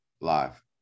Live